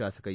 ಶಾಸಕ ಎ